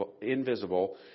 invisible